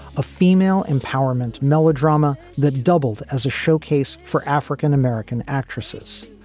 a female empowerment melodrama that doubled as a showcase for african-american actresses.